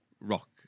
rock